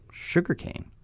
sugarcane